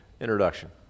introduction